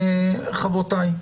חברותיי,